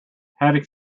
haddock